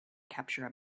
capture